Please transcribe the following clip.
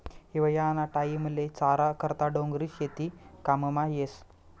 हिवायाना टाईमले चारा करता डोंगरी शेती काममा येस